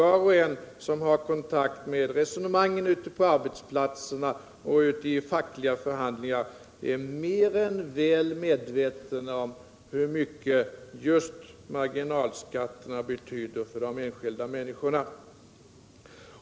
Var och en som känner till resonemangen ute på arbetsplatserna och vid de fackliga förhandlingarna är mer än väl medveten om hur mycket just marginalskatterna betyder för de enskilda människorna.